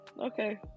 Okay